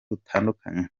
butandukanye